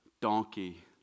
donkey